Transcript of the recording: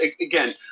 Again